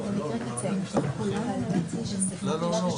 שיצאו מהבית הזה,